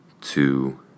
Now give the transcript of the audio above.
two